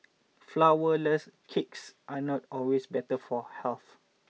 flourless cakes are not always better for health